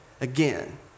again